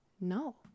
no